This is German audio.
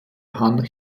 han